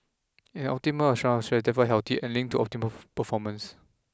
an optimal amount of stress therefore healthy and linked to optimal performance